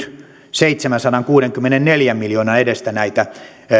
seitsemänsadankuudenkymmenenneljän miljoonan edestä näitä